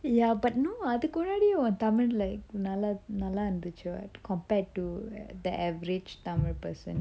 ya but no அதுக்கு முன்னாடி ஒன்:athukku munnadi oan tamil like நல்லா நல்லா இருந்துச்சி:nalla nalla irunthuchi [what] compared to the average tamil person